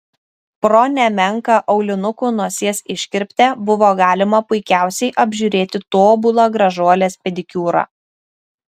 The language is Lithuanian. pro nemenką aulinukų nosies iškirptę buvo galima puikiausiai apžiūrėti tobulą gražuolės pedikiūrą